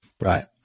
Right